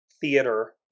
theater